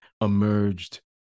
emerged